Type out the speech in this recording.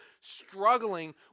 struggling